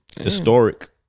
Historic